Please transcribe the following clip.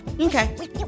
Okay